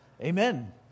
Amen